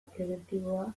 prebentiboa